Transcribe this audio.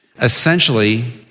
essentially